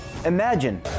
Imagine